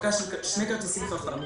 הנפקה של שני כרטיסים חכמים